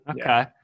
Okay